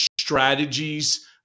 strategies